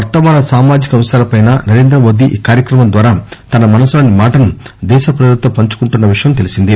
వర్తమాన సామాజిక అంశాలపై నరేంద్రమోదీ ఈ కార్వక్రమం ద్వారా తన మనసులోని మాటను దేశ ప్రజలతో పంచుకుంటున్న విషయం తెలిసిందే